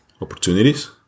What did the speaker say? opportunities